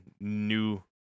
new